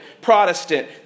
Protestant